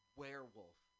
werewolf